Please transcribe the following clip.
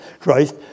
Christ